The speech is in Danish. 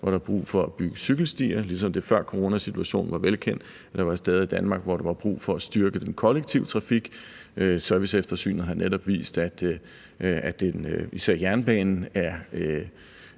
hvor der er brug for at bygge cykelstier, ligesom det før coronasituationen var velkendt, at der var steder i Danmark, hvor der var brug for at styrke den kollektive trafik. Serviceeftersynet har netop vist, at især jernbanen er